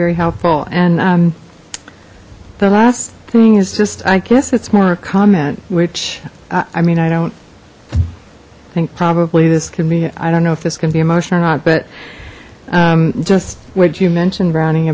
very helpful and the last thing is just i guess it's more a comment which i mean i don't think probably this could be i don't know if this can be a motion or not but just what you mentioned browning